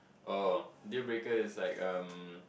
oh deal breaker is like um